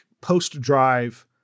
post-drive